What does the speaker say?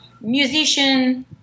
musician